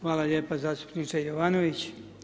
Hvala lijepo zastupniče Jovanović.